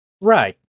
Right